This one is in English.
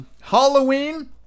Halloween